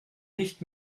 nicht